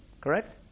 Correct